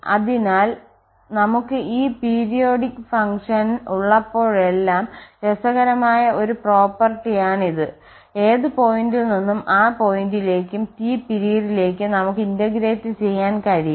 അതിനാൽ നമുക് ഈ പീരിയോഡിക് ഫംഗ്ഷൻ ഉള്ളപ്പോഴെല്ലാം രസകരമായ ഒരു പ്രോപ്പർട്ടിയാണിത് ഏത് പോയിന്റിൽ നിന്നും ആ പോയിന്റിലേക്കും T പിരീഡിലേക്കും നമുക്ക് ഇന്റഗ്രേറ്റ് ചെയ്യാൻ കഴിയും